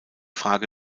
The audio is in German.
frage